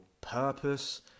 purpose